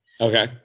okay